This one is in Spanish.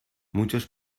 muchos